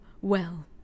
Well